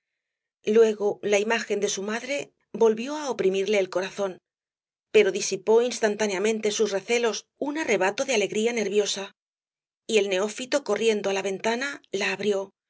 luego la imagen de su madre volvió á oprimirle el corazón pero disipó instantáneamente sus recelos un arrebato de alegría nerviosa y el neófito corriendo á la ventana la abrió